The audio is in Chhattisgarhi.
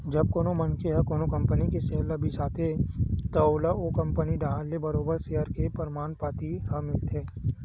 जब कोनो मनखे ह कोनो कंपनी के सेयर ल बिसाथे त ओला ओ कंपनी डाहर ले बरोबर सेयर के परमान पाती ह मिलथे